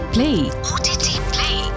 Play